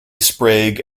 sprague